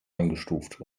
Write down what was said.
eingestuft